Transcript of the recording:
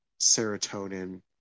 serotonin